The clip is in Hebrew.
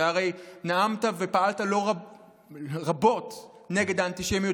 אתה הרי נאמת ופעלת רבות נגד האנטישמיות